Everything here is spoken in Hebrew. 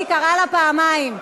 היא קראה לה פעמיים.